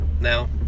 now